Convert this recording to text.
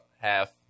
half